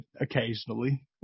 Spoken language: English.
occasionally